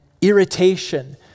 irritation